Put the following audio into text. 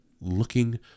looking